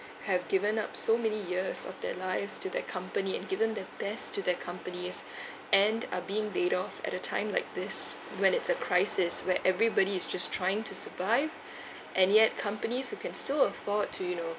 have given up so many years of their lives to their company and given their best to their companies and are being laid off at a time like this when it's a crisis where everybody is just trying to survive and yet companies who can still afford to you know